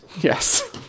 Yes